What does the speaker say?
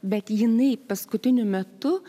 bet jinai paskutiniu metu